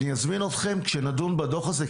אני אזמין אתכם כשנדון בחוק הזה,